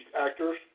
actor's